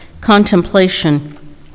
contemplation